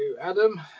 Adam